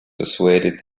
persuaded